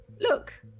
Look